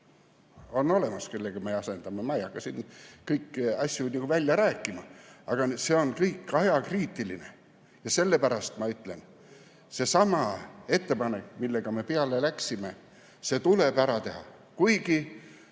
on olemas need, kellega me asendame. Ma ei hakka siin kõiki asju muidugi välja rääkima. Aga see on kõik ajakriitiline. Ja sellepärast ma ütlen, et seesama ettepanek, millega me peale läksime, tuleb ära teha. Kuigi